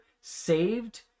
saved